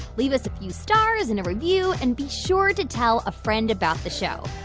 leave us a few stars and a review. and be sure to tell a friend about the show.